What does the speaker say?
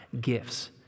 gifts